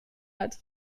hat